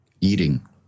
eating